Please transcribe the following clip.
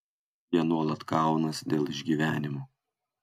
jie nuolat kaunas dėl išgyvenimo